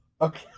Okay